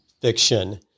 fiction